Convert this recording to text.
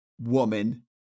woman